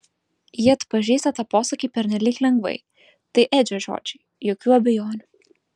ji atpažįsta tą posakį pernelyg lengvai tai edžio žodžiai jokių abejonių